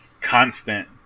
constant